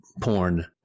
porn